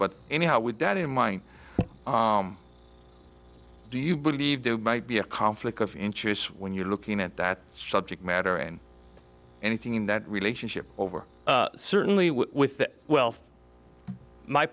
but anyhow with that in mind do you believe that might be a conflict of interests when you are looking at that subject matter and anything in that relationship over certainly with the wealth my